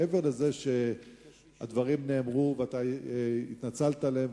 מעבר לזה שהדברים נאמרו ואתה התנצלת עליהם,